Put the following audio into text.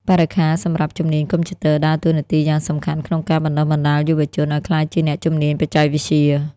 បរិក្ខារសម្រាប់ជំនាញកុំព្យូទ័រដើរតួនាទីយ៉ាងសំខាន់ក្នុងការបណ្តុះបណ្តាលយុវជនឱ្យក្លាយជាអ្នកជំនាញបច្ចេកវិទ្យា។